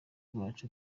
bacu